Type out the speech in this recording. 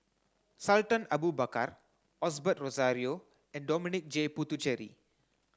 Sultan Abu Bakar Osbert Rozario and Dominic J Puthucheary